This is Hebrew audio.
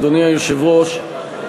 אדוני היושב-ראש,